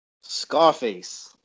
Scarface